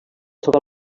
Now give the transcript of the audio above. troba